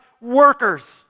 workers